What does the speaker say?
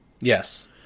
Yes